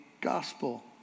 gospel